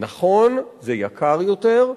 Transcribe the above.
נכון, זה יקר יותר,